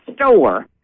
store